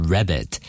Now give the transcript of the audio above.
Rabbit